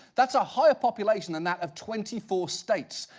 that's a higher population than that of twenty four states.